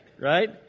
right